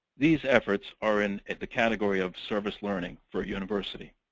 these efforts are in the category of service learning for a university.